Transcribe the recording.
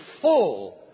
full